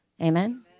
Amen